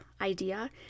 idea